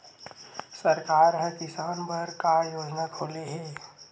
सरकार ह किसान बर का योजना खोले हे?